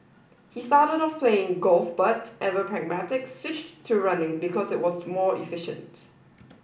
he started off playing golf but ever pragmatic switched to running because it was more efficient